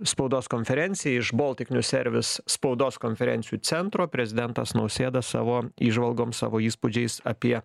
spaudos konferencija iš baltic news service spaudos konferencijų centro prezidentas nausėda savo įžvalgom savo įspūdžiais apie